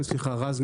סליחה רז נזרי.